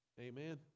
Amen